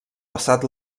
passat